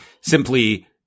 simply